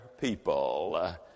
people